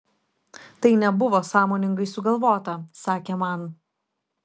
tai nebuvo sąmoningai sugalvota sakė man